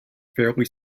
fairly